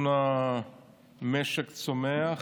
לכיוון משק צומח,